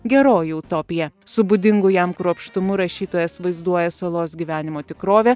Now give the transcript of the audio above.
geroji utopija su būdingu jam kruopštumu rašytojas vaizduoja salos gyvenimo tikrovę